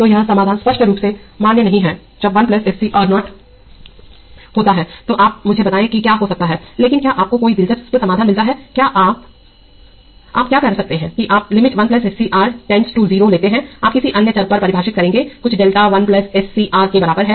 तोयह समाधान स्पष्ट रूप से मान्य नहीं है जब 1 S C R 0 होता है तो आप मुझे बताएं कि क्या हो सकता है लेकिन क्या आपको कोई दिलचस्प समाधान मिलता है आप क्या कर सकते हैं कि आप limit 1S C R tends to zero लेते हैं आप किसी अन्य चर पर परिभाषित करेंगे कुछ डेल्टा 1 एससी आर के बराबर है